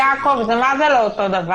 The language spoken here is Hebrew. יעקב, זה לא אותו דבר.